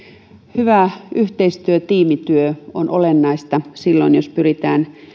hyvä yhteistyö tiimityö on olennaista silloin kun pyritään